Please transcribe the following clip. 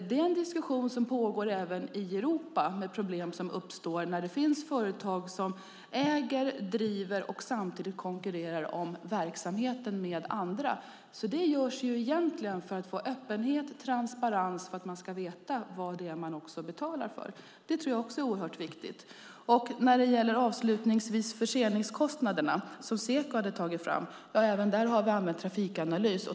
Det är en diskussion som också pågår i Europa. Det handlar om problem som uppstår när det finns företag som äger, driver och samtidigt konkurrerar om verksamheten med andra. Det görs egentligen för att få öppenhet och transparens och för att man ska veta vad det är man betalar för. Det tror jag också är oerhört viktigt. När det gäller förseningskostnaderna som Seko hade tittat på vill jag säga att vi även där har använt Trafikanalys.